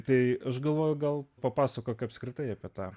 tai aš galvoju gal papasakok apskritai apie tą